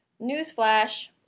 newsflash